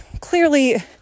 clearly